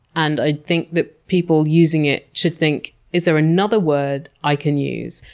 and i think that people using it should think, is there another word i can use?